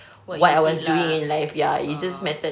what you did lah ah